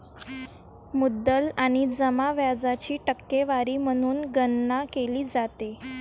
मुद्दल आणि जमा व्याजाची टक्केवारी म्हणून गणना केली जाते